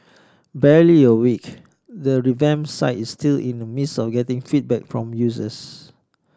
barely a week the revamped sites is still in the midst of getting feedback from users